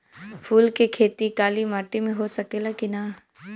फूल के खेती काली माटी में हो सकेला की ना?